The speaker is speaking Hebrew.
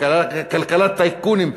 מכלכלת טייקונים,